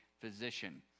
physician